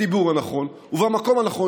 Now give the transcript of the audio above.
בדיבור הנכון ובמקום הנכון.